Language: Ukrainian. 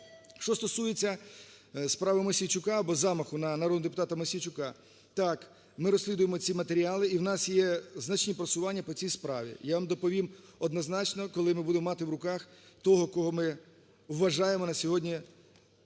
Що стосується справи Мосійчука або замаху на народного депутата Мосійчука. Так, ми розслідуємо ці матеріали і у нас є значні просування по цій справі. Я вам доповім однозначно, коли ми будемо мати в руках того, кого ми вважаємо на сьогодні